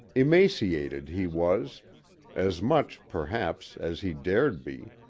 emaciated he was as much, perhaps, as he dared be,